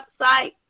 website